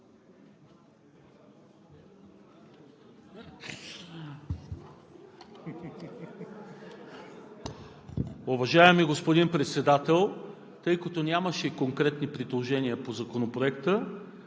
Уважаеми господин Председател, тъй като нямаше конкретни предложения по Законопроекта,